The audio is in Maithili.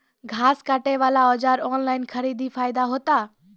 घास काटे बला औजार ऑनलाइन खरीदी फायदा होता?